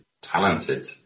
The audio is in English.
talented